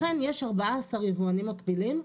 לכן יש 14 יבואנים מקבילים,